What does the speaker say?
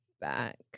back